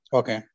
okay